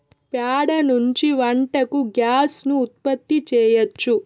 ప్యాడ నుంచి వంటకు గ్యాస్ ను ఉత్పత్తి చేయచ్చు